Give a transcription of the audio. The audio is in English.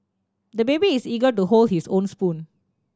the baby is eager to hold his own spoon